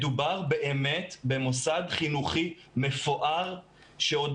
מדובר באמת במוסד חינוכי מפואר שעוד